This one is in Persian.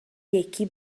یکی